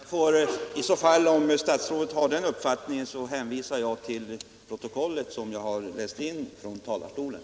Herr talman! I så fall — om statsrådet har den uppfattningen — vill jag hänvisa till protokollet som jag har läst upp från talarstolen.